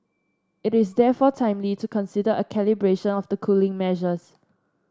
it is therefore timely to consider a calibration of the cooling measures